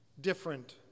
different